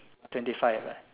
twenty five ah